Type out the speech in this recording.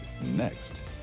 next